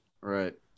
right